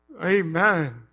Amen